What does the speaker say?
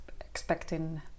expecting